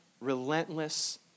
relentless